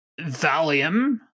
Valium